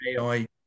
AI